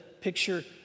picture